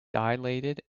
dilated